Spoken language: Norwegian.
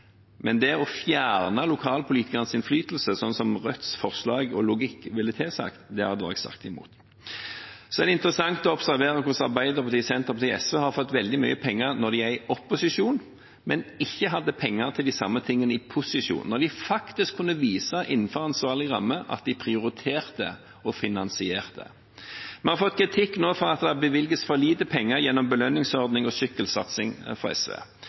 Men å fjerne lokalpolitikernes innflytelse, sånn som Rødts forslag og logikk ville tilsagt, advarer jeg sterkt imot. Så er det interessant å observere hvordan Arbeiderpartiet, Senterpartiet og SV har fått veldig mye penger når de er i opposisjon, men ikke hadde penger til de samme tingene i posisjon, da de faktisk, innenfor ansvarlige rammer, kunne vise at de prioriterte og finansierte. Vi har nå fått kritikk fra SV fordi det bevilges for lite penger gjennom belønningsordning og sykkelsatsing til tross for